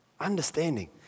Understanding